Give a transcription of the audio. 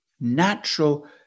natural